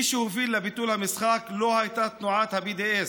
מי שהוביל לביטול המשחק לא הייתה תנועת ה-BDS,